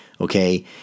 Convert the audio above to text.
Okay